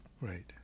Right